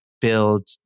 build